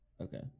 Okay